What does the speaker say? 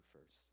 first